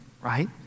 right